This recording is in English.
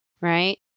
right